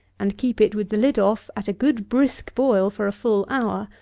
and keep it, with the lid off, at a good brisk boil, for a full hour,